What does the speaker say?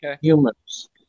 humans